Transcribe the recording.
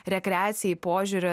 rekreacijai požiūriu